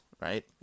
right